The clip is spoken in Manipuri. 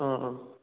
ꯑꯥ ꯑꯪ